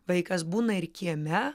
vaikas būna ir kieme